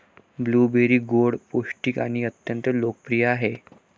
blueberry गोड, पौष्टिक आणि अत्यंत लोकप्रिय आहेत